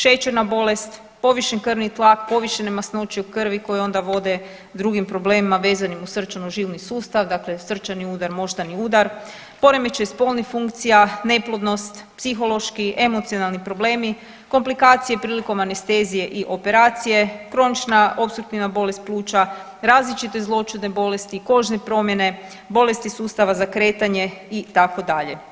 Šećerna bolest, povišen krvni tlak, povišene masnoće u krvi koje onda vode drugim problemima vezanim uz srčano žili sustav, dakle srčani udar, moždani udar, poremećaj spolnih funkcija, neplodnost, psihološki, emocionalni problemi, komplikacije prilikom anestezije i operacije, kronična opstruktivna bolest pluća, različite zloćudne bolesti, kožne promjene, bolesti sustava za kretanje itd.